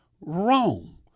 wrong